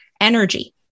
energy